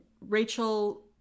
Rachel